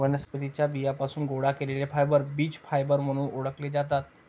वनस्पतीं च्या बियांपासून गोळा केलेले फायबर बीज फायबर म्हणून ओळखले जातात